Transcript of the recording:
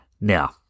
Now